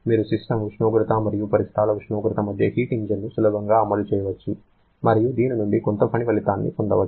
మీరు సిస్టమ్ ఉష్ణోగ్రత మరియు పరిసరాల ఉష్ణోగ్రత మధ్య హీట్ ఇంజిన్ను సులభంగా అమలు చేయవచ్చు మరియు దీని నుండి కొంత పని ఫలితాన్ని పొందవచ్చు